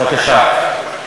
בבקשה.